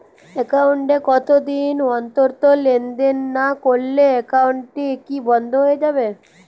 Account এ কতদিন অন্তর লেনদেন না করলে একাউন্টটি কি বন্ধ হয়ে যাবে?